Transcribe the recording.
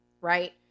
right